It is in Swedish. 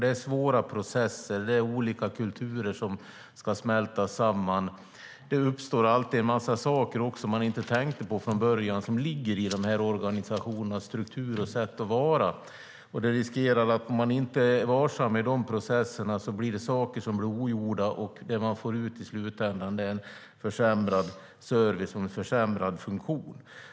Det är svåra processer och olika kulturer som ska smälta samman. Det uppstår alltid saker som man inte tänkte på från början. Det kan handla om organisationernas struktur och sätt att fungera. Om man inte är varsam i de processerna riskerar saker att bli ogjorda, och det man får ut i slutändan är en försämrad service och en försämrad funktion.